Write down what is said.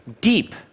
deep